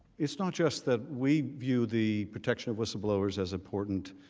it's not just that we view the protection of whistleblowers as important,